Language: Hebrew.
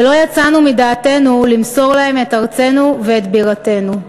ולא יצאנו מדעתנו למסור להם את ארצנו ואת בירתנו.